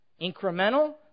Incremental